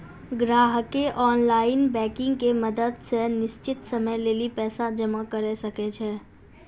ग्राहकें online banking के मदत से निश्चित समय लेली पैसा जमा करै सकै छै